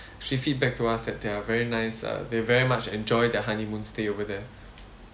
actually feedback to us that there are very nice uh they very much enjoy their honeymoon stay over there